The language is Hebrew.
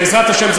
בעזרת השם.